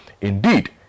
Indeed